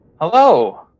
Hello